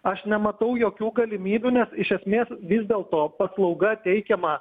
aš nematau jokių galimybių nes iš esmės vis dėl to paslauga teikiama